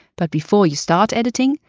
but before you start editing,